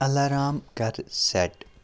alarm کَر set